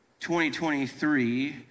2023